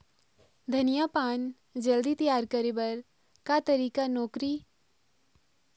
धनिया पान जल्दी तियार करे बर का तरीका नोकरी?